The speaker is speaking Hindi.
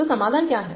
तो समाधान क्या है